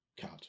cut